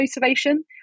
motivation